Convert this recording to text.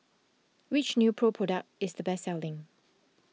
which Nepro product is the best selling